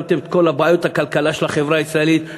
שמתם את כל בעיות הכלכלה של החברה הישראלית,